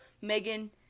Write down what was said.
Megan